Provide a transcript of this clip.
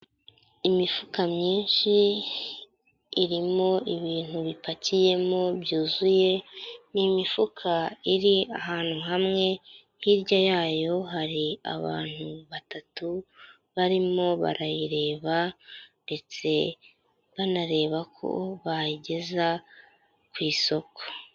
Imifuka myinshi irimo ibintu bipakiyemo byuzuye ni imifuka iri ahantu hamwe hirya yayo hari abantu batatu barimo barayireba ndetse banareba ko bayigeza ku isoko.